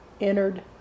entered